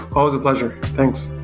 always a pleasure. thanks.